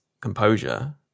composure